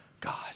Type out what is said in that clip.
God